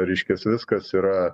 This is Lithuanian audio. reiškias viskas yra